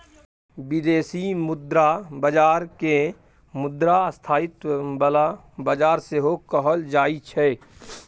बिदेशी मुद्रा बजार केँ मुद्रा स्थायित्व बला बजार सेहो कहल जाइ छै